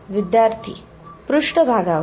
विद्यार्थीः पृष्ठभागावर